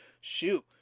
Shoot